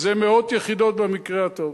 זה מאות יחידות במקרה הטוב.